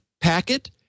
packet